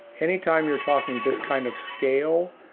anytime you're talking this kind of scale,